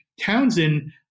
Townsend